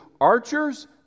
archers